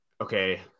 okay